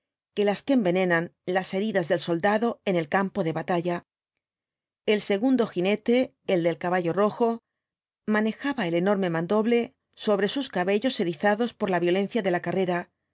que las que envenenan las heridas del soldado en el campo de batalla el segundo jinete el del caballo rojo manejaba el enorme mandoble sobre sus cabellos erizados por la violencia de la carrera